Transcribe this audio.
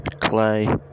Clay